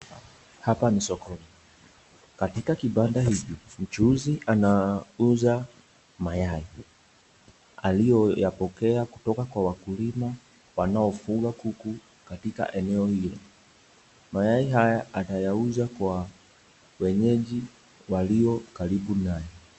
Hapa ni sokoni, katika kibanda hiki, mchuuzi ana, uza, mayai, alioyapokea kutoka kwa wakulima, wanaofuga kuku katika eneo hili, mayai haya anayauza kwa wenyeji walio karibu naye.